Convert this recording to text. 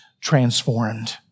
transformed